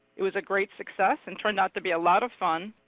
it was a great success and turned out to be a lot of fun,